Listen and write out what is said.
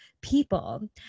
people